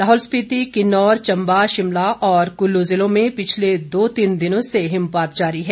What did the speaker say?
लाहौल स्पिति किन्नौर चम्बा शिमला और कुल्लू ज़िलों में पिछले दो तीन दिनों से हिमपात जारी है